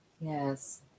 Yes